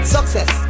Success